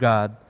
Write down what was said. God